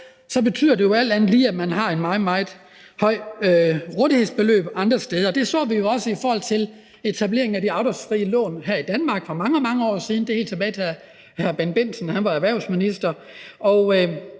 små, betyder det alt andet lige, at man har et meget, meget højt rådighedsbeløb andre steder. Og det så vi jo også i forhold til etablering af de afdragsfri lån her i Danmark for mange, mange år siden – det ligger helt tilbage til dengang, hvor hr. Bendt